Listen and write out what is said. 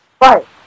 Right